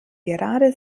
gerade